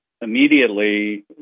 immediately